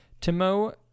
Timo